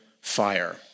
fire